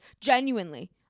Genuinely